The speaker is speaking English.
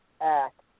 act